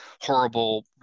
horrible